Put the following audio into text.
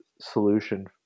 solution